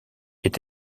est